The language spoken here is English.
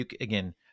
again